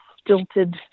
stilted